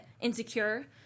insecure